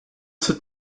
cette